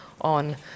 on